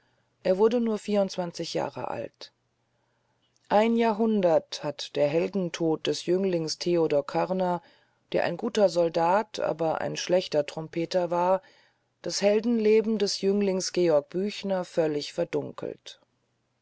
er wurde nur vierundzwanzig jahre alt ein jahrhundert hat der heldentod des jünglings theodor körner der ein guter soldat aber ein schlechter trompeter war das heldenleben des jünglings georg büchner völlig verdunkelt